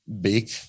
big